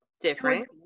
different